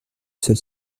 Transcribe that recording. seul